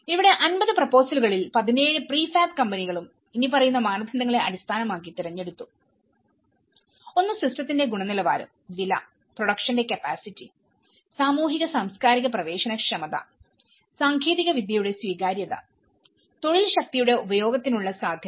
ഇവിടെ 50 പ്രൊപ്പോസലുകളിൽ 17 പ്രീഫാബ് കമ്പനികളും ഇനിപ്പറയുന്ന മാനദണ്ഡങ്ങളെ അടിസ്ഥാനമാക്കി തിരഞ്ഞെടുത്തു ഒന്ന് സിസ്റ്റത്തിന്റെ ഗുണനിലവാരം വില പ്രൊഡക്ഷന്റെ കപ്പാസിറ്റി സാമൂഹിക സാംസ്കാരിക പ്രവേശനക്ഷമത സാങ്കേതികവിദ്യയുടെ സ്വീകാര്യത തൊഴിൽ ശക്തിയുടെ ഉപയോഗത്തിനുള്ള സാധ്യത